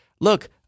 look